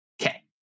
Okay